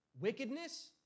wickedness